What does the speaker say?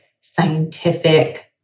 scientific